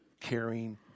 caring